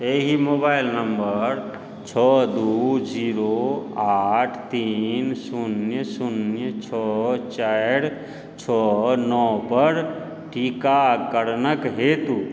एहि mobile number छओ दू जीरो आठ तीन शून्य शून्य छओ चारि छओ नओ पर टीकाकरणके हेतु